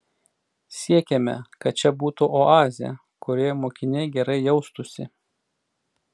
siekiame kad čia būtų oazė kurioje mokiniai gerai jaustųsi